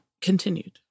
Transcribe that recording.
Continued